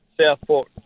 Southport